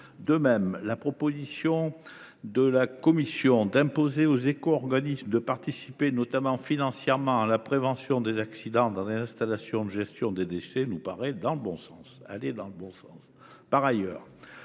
De même, la proposition de la commission d’imposer aux éco organismes de participer, notamment financièrement, à la prévention des accidents dans les installations de gestion des déchets nous paraît aller dans le bon sens.